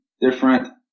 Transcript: different